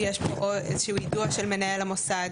איזה שהוא יידוע של מנהל המוסד.